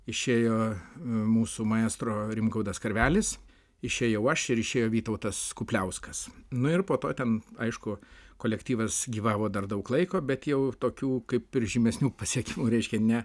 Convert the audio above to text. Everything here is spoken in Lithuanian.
išėjo mūsų maestro rimgaudas karvelis išėjau aš ir išėjo vytautas kupliauskas nu ir po to ten aišku kolektyvas gyvavo dar daug laiko bet jau tokių kaip ir žymesnių pasiekimų reiškia ne